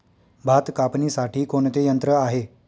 भात कापणीसाठी कोणते यंत्र आहे?